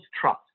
trust